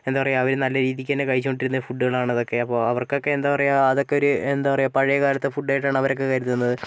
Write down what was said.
എന്താ പറയാ അവർ നല്ല രീതിക്ക് തന്നെ കഴിച്ചു കൊണ്ടിരുന്ന ഫുഡുകളാണ് ഇതൊക്കെ അപ്പോൾ അവർക്കൊക്കെ എന്താ പറയാ അതൊക്കെ ഒരു എന്താ പറയാ പഴയ കാലത്തെ ഫുഡ് ആയിട്ടാണ് അവരൊക്കെ കരുതുന്നത്